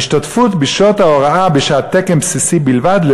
ההשתתפות בשעות ההוראה היא בשעות תקן בסיסי בלבד,